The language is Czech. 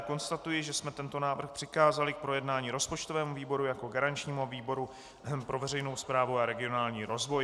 Konstatuji, že jsme tento návrh přikázali k projednání rozpočtovému výboru jako garančnímu a výboru pro veřejnou správu a regionální rozvoj.